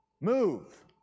Move